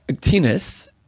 tennis